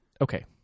Okay